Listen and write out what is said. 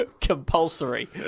Compulsory